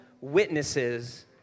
witnesses